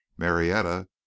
marietta